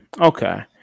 Okay